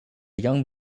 young